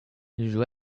joel